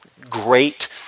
great